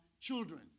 children